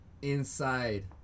Inside